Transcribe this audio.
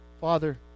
Father